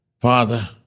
Father